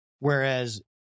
Whereas